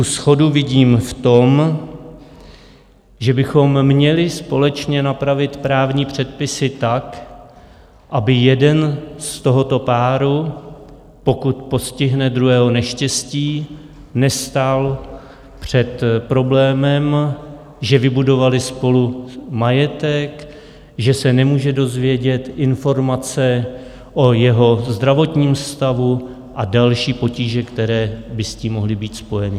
Shodu vidím v tom, že bychom měli společně napravit právní předpisy tak, aby jeden z tohoto páru, pokud postihne druhého neštěstí, nestál před problémem, že vybudovali spolu majetek, že se nemůže dozvědět informace o jeho zdravotním stavu a další potíže, které by s tím mohly být spojeny.